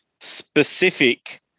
specific